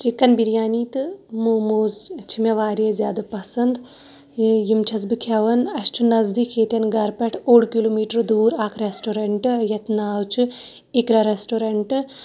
chicken biryani تہٕ موموز چھِ مےٚ واریاہ زیادٕ پَسنٛد یہِ یِم چھَس بہٕ کھٮ۪وان اَسہِ چھُ نَزدیٖک ییٚتٮ۪ن گَرٕ پٮ۪ٹھ اوٚڑ کِلوٗ میٖٹر دوٗر اَکھ رٮ۪سٹورٮ۪نٛٹ یَتھ ناو چھُ اِقرا رٮ۪سٹورٮ۪نٛٹ